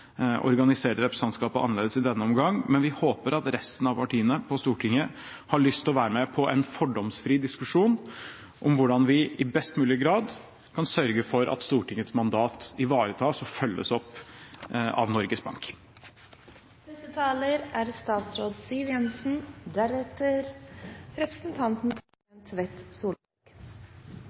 organisere representantskapet annerledes i denne omgang, men vi håper at resten av partiene på Stortinget har lyst til å være med på en fordomsfri diskusjon om hvordan vi i best mulig grad kan sørge for at Stortingets mandat ivaretas og følges opp av Norges Bank. Jeg er